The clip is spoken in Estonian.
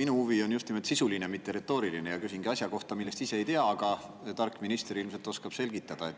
Minu huvi on just nimelt sisuline, mitte retooriline. Ja küsingi asja kohta, millest ise ei tea, aga tark minister ilmselt oskab selgitada.